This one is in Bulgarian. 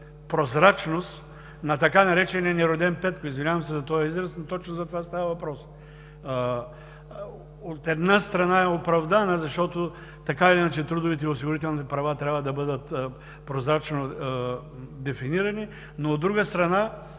прозрачност на така наречения нероден Петко – извинявам се за този израз, но точно за това става въпрос – от една страна, е оправдана, защото, така или иначе, осигурителните права трябва да бъдат прозрачно дефинирани. От друга страна,